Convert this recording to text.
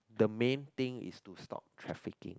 the main thing is to stop trafficking